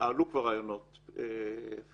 עלו כבר רעיונות בנושאים האלה,